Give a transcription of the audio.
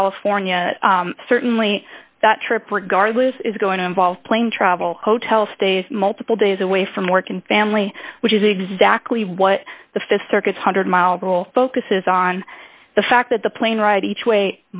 california certainly that trip regardless is going to involve plane travel hotel stays multiple days away from work and family which is exactly what the th circuit one hundred miles focuses on the fact that the plane ride each way